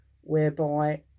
whereby